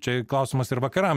čia klausimas ir vakaram